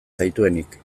zaituenik